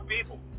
people